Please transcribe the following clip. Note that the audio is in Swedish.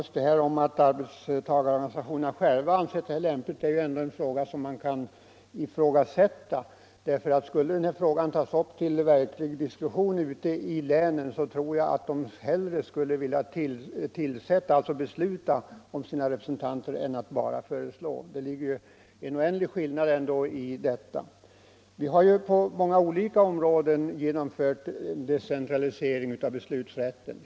Herr talman! Att arbetstagarorganisationerna själva anser tillvägagångssättet lämpligt är ändå något som kan ifrågasättas. Jag tror att om denna fråga skulle tas upp till verklig diskussion ute i länen skulle det visa sig att organisationerna hellre själva ville besluta om sina representanter än bara föreslå dem. Det är ändå en oändlig skillnad. Vi har ju på många olika områden genomfört decentralisering av beslutsrätten.